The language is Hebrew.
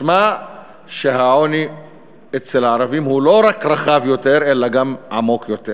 משמע שהעוני אצל הערבים הוא לא רק רחב יותר אלא גם עמוק יותר.